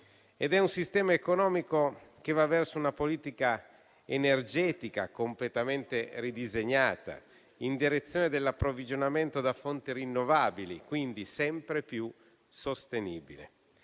BCE. È un sistema economico che va verso una politica energetica completamente ridisegnata, in direzione dell'approvvigionamento da fonti rinnovabili, quindi sempre più sostenibile.